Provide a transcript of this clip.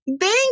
Thank